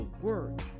work